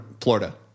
Florida